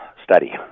Study